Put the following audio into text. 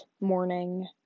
morning